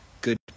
good